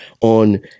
on